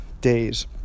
days